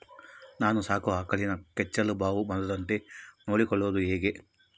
ನಾನು ಸಾಕೋ ಆಕಳಿಗೆ ಕೆಚ್ಚಲುಬಾವು ಬರದಂತೆ ನೊಡ್ಕೊಳೋದು ಹೇಗೆ?